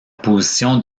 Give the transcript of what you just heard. position